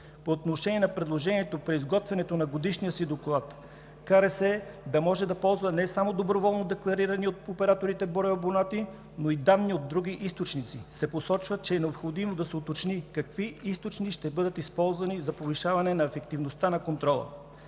По отношение на предложението при изготвянето на годишния си доклад Комисията за регулиране на съобщенията да може да ползва не само доброволно декларирания от операторите брой абонати, но и данни от други източници, се посочва, че е необходимо да се уточни, какви източници ще бъдат използвани за повишаване на ефективността на контрола.